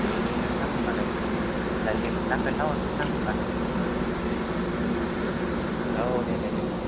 दे दे नोंथां होमबालाय जायो दा खोन्थाहरजोबसां होमबा औ दे दे नोंथां